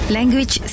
Language